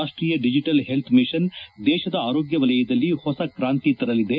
ರಾಷ್ಟೀಯ digital health mission ದೇಶದ ಆರೋಗ್ಯ ವಲಯದಲ್ಲಿ ಹೊಸ ಕ್ರಾಂತಿ ತರಲಿದೆ